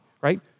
right